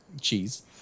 cheese